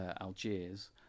Algiers